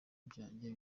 byanjye